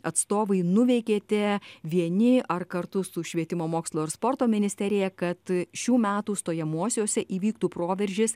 atstovai nuveikėte vieni ar kartu su švietimo mokslo ir sporto ministerija kad šių metų stojamuosiuose įvyktų proveržis